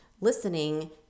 listening